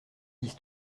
dix